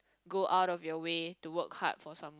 go out of your way to work hard for some